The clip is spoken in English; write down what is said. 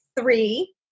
three